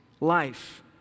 life